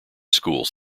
schools